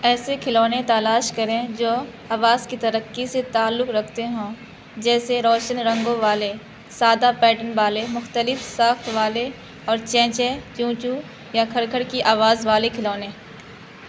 ایسے کھلونے تلاش کریں جو آواز کی ترقی سے تعلق رکھتے ہوں جیسے روشن رنگوں والے سادہ پیٹرن والے مختلف ساخت والے اور چیں چیں چوں چوں یا کھڑ کھڑ کی آواز والے کھلونے